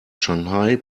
shanghai